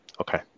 Okay